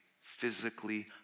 physically